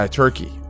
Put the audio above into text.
turkey